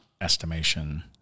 estimation